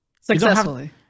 Successfully